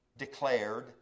declared